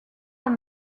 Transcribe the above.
pas